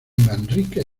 manrique